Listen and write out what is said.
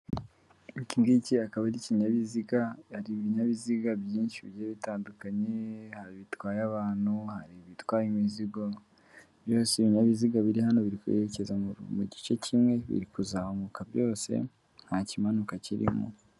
Iki ngiki akaba ari ikinyabiziga, hari ibinyabiziga byinshi bigiye bitandukanye bitwaye abantu, hari ibitwaye imizigo, byose, ibinyabiziga biri hano biri kwerekeza mu gice kimwe, biri kuzamuka byose, nta kimanuka kirimo.